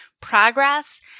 progress